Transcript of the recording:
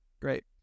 great